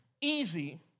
easy